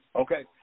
Okay